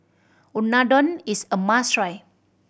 unadon is a must try